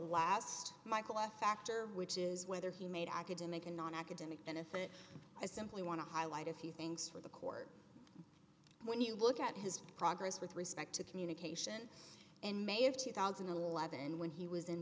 last michael i factor which is whether he made academic and nonacademic benefit i simply want to highlight a few things for the court when you look at his progress with respect to communication in may of two thousand and eleven when he was in